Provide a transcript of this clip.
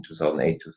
2008